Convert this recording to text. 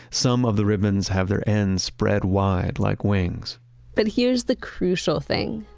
some of the ribbons have their ends spread wide, like wings but here's the crucial thing.